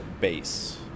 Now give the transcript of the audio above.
base